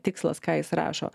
tikslas ką jis rašo